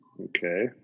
Okay